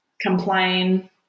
complain